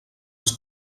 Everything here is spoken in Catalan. els